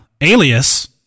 alias